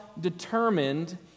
determined